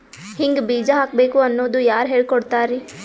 ಹಿಂಗ್ ಬೀಜ ಹಾಕ್ಬೇಕು ಅನ್ನೋದು ಯಾರ್ ಹೇಳ್ಕೊಡ್ತಾರಿ?